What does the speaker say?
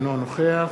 אינו נוכח